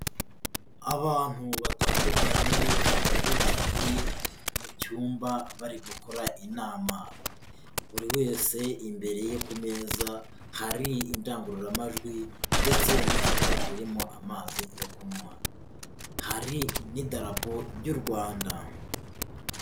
Abantu batandukanye bakaba bicaye mu cyumba bari gukora inama, buri wese imbere ye ku meza hari indangururamajwi ndetse n'icupa ririmo amazi yo kunywa, hari n'idarapo ry'u Rwanda.